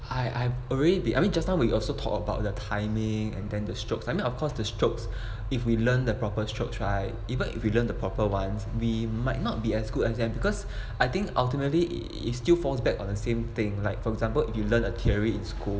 I I've already been just now we also talked about the timing and then the strokes I mean of course the strokes if we learn that proper stroke right even if you learn the proper ones we might not be as good as them because I think ultimately is still falls back on the same thing like for example if you learn a theory in school